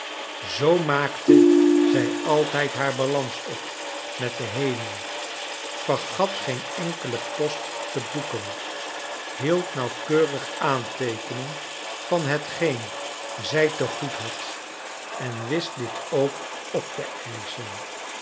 zoo inaakte'zij altijd haar balans op met den hemel vergat geen enkelen post te boeken hield nauwkeurig aanteekening van betgeen zij tegoed bad en wist dit ook op te eischen